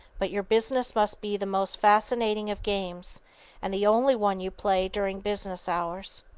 but your business must be the most fascinating of games and the only one you play during business hours.